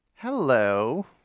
Hello